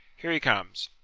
here he comes.